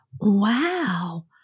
Wow